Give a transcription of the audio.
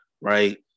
right